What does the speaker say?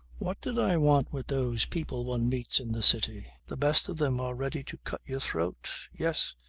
what did i want with those people one meets in the city the best of them are ready to cut your throat. yes!